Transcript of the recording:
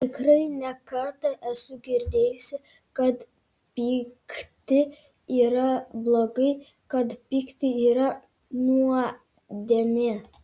tikrai ne kartą esu girdėjusi kad pykti yra blogai kad pykti yra nuodėmė